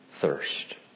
thirst